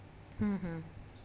हं हं